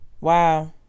Wow